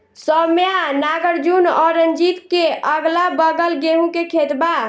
सौम्या नागार्जुन और रंजीत के अगलाबगल गेंहू के खेत बा